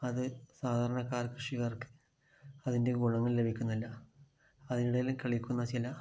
അത് സാധാരണക്കാർക്ക് കൃഷിക്കാർക്ക് അതിൻ്റെ ഗുണങ്ങൾ ലഭിക്കുന്നില്ല അതിന് ഇടയിൽ കളിക്കുന്ന ചില